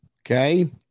Okay